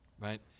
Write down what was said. right